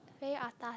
very atas